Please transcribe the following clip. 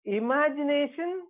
imagination